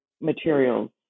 materials